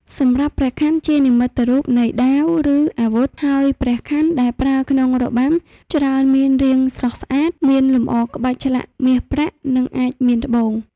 សម្រាប់ព្រះខ័នជានិមិត្តរូបនៃ ដាវ ឬ អាវុធហើយព្រះខ័នដែលប្រើក្នុងរបាំច្រើនមានរាងស្រស់ស្អាត មានលម្អក្បាច់ឆ្លាក់មាសប្រាក់ និងអាចមានត្បូង។